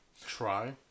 try